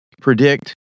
predict